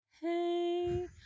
Hey